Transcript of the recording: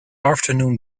afternoon